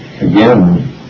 again